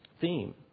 theme